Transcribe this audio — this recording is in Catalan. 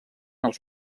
els